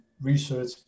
research